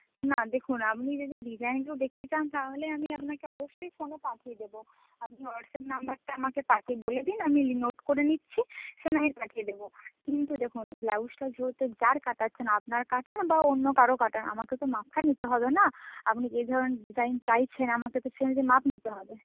না দেখুন আপনি যদি ডিজাইন দেখতে চান তাহলে আমি আপনাকে অবশ্যই ফোনে পাঠিয়ে দেবো আপনি হোয়াটসঅ্যাপ নাম্বারটা আমাকে পাঠিয়ে বলে দিন আমি নোট করে নিচ্ছি সে না হয় পাঠিয়ে দেবো কিন্তু দেখুন ব্লাউজটা যার কাটাচ্ছেন আপনার কাটান বা অন্য কারও কাটান আমাকে তো মাপটা নিতে হবে না আপনি যে ধরন ডিজাইন চাইছেন আমাকে তো সে অনুযায়ী মাপ নিতে হবে